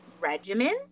regimen